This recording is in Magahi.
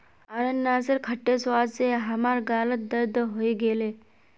अनन्नासेर खट्टे स्वाद स हमार गालत दर्द हइ गेले